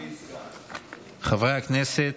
חברי הכנסת,